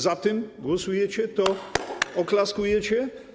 Za tym głosujecie, to oklaskujecie?